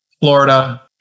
florida